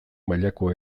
mailako